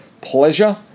pleasure